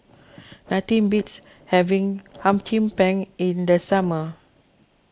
nothing beats having Hum Chim Peng in the summer